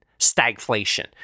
stagflation